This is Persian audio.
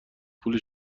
پول